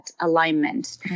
alignment